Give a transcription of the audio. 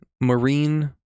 marine